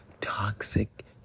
toxic